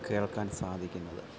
കേൾക്കാൻ സാധിക്കുന്നത്